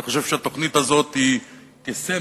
אני חושב שהתוכנית הזאת היא סמל,